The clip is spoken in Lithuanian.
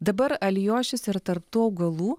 dabar alijošius ir tarp tų augalų